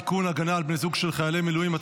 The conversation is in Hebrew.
(תיקון מס' 19) (הגנה על בני זוג של משרתים במילואים),